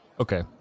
Okay